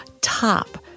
top